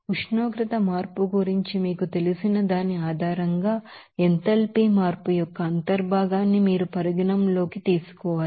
ఉష్ణోగ్రత మార్పు గురించి మీకు తెలిసిన దాని ఆధారంగా ఎంథాల్పీ మార్పు యొక్క అంతర్భాగాన్ని మీరు పరిగణనలోకి తీసుకోవాలి